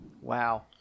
Wow